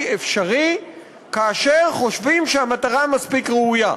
אפשרי כאשר חושבים שהמטרה מספיק ראויה.